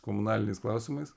komunaliniais klausimais